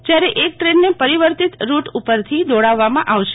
જથારે એક ટ્રેનને પરિવર્તિત રૂટ ઉપરથી દોડાવવામાં આવશે